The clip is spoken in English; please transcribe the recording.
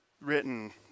written